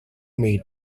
may